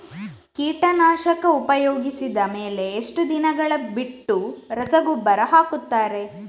ಕೀಟನಾಶಕ ಉಪಯೋಗಿಸಿದ ಮೇಲೆ ಎಷ್ಟು ದಿನಗಳು ಬಿಟ್ಟು ರಸಗೊಬ್ಬರ ಹಾಕುತ್ತಾರೆ?